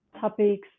topics